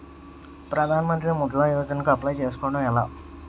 ప్రధాన మంత్రి ముద్రా యోజన కు అప్లయ్ చేసుకోవటం ఎలా?